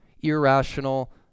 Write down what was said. irrational